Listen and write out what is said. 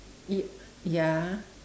y~ ya